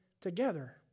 together